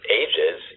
ages